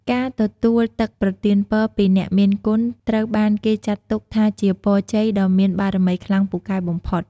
ការទទួលទឹកប្រទានពរពីអ្នកមានគុណត្រូវបានគេចាត់ទុកថាជាពរជ័យដ៏មានបារមីខ្លាំងពូកែបំផុត។